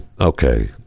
okay